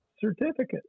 certificate